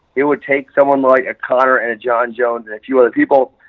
it would take someone like connor and a john jones and a few other people.